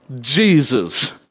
Jesus